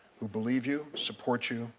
who believe you, support you,